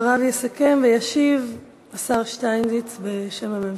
אחריו יסכם וישיב השר שטייניץ בשם הממשלה.